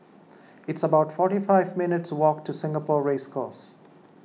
it's about forty five minutes' walk to Singapore Race Course